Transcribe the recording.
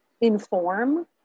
inform